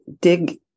dig